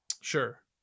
sure